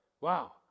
Wow